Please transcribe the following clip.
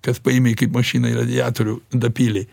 kad paėmei kaip mašinoj į radiatorių dapylei